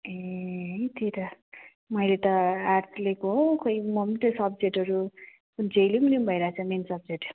ए है त्यही त मैले त आर्ट्स लिएको हो खै म पनि त्यही सब्जेक्टहरू कुन चाहिँ लिऊँ लिऊँ भइरहेको छ मेन सब्जेक्ट